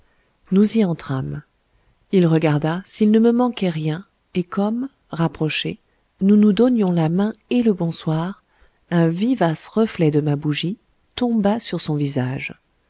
nous y entrâmes il regarda s'il ne me manquait rien et comme rapprochés nous nous donnions la main et le bonsoir un vivace reflet de ma bougie tomba sur son visage